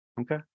Okay